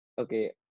okay